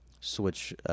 switch